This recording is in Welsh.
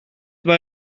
mae